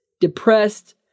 Depressed